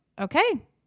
okay